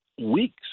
weeks